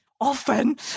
often